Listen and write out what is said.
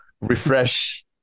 refresh